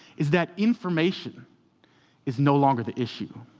is that information is no longer the issue.